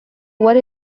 what